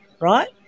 right